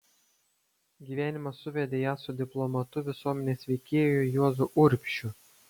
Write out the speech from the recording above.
gyvenimas suvedė ją su diplomatu visuomenės veikėju juozu urbšiu